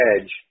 Edge